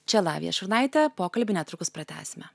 čia lavija šurnaitė pokalbį netrukus pratęsime